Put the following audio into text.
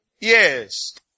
Yes